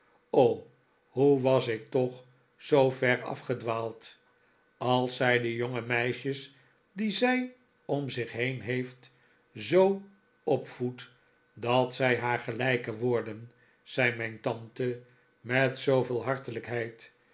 o hoe was ik toch zoo ver afgedwaald als zij de jonge meisjes die zij om zich heen heeft zoo opvoedt dat zij haar gelijke worden zei mijn tante met zooveel